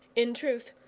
in truth,